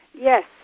Yes